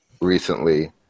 recently